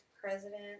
president